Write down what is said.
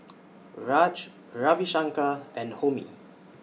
Raj Ravi Shankar and Homi